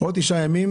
תשעה ימים,